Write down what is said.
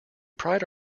pride